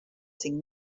cinc